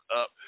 up